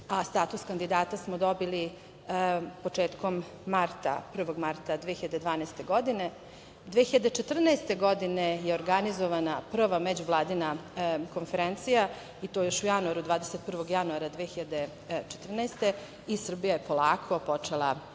a status kandidata smo dobili 1. marta 2012. godine. Godine 2014. je organizovana prva međuvladina konferencija i to još u januaru, 21. januara 2014. godine i Srbija je polako počela